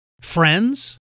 Friends